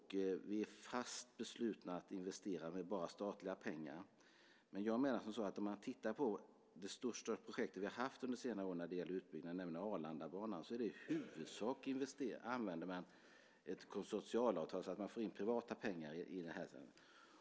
Vi är fast beslutna att investera enbart med statliga pengar. I det största projekt vi har haft under senare år när det gäller utbyggnad, Arlandabanan, använde man ett konsortialavtal så att man fick in privata pengar.